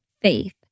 faith